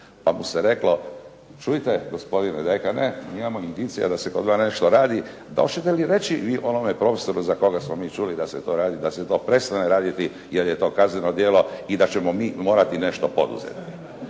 pa mu se reklo, čujte gospodine dekane, imamo indicija da se kod vas nešto radi, pa hoćete li reći vi onome profesoru za koga smo mi čuli da se to radi, da se to prestane raditi, jer je to kazneno djelo i da ćemo mi morati nešto poduzeti.